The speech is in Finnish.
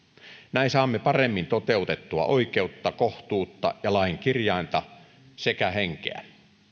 näin saamme paremmin toteutettua oikeutta kohtuutta ja lain kirjainta sekä henkeä